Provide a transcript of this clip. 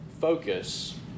focus